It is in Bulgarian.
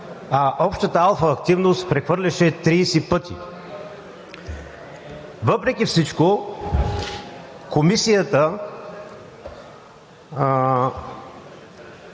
общата алфа активност прехвърляше 30 пъти. Въпреки всичко Комисията,